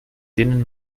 denen